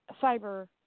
cyber